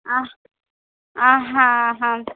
आ आ हां हां